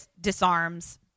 disarms